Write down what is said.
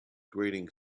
grating